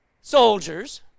soldiers